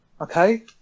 Okay